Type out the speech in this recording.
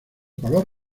color